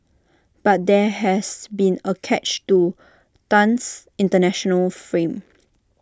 but there has been A catch to Tan's International frame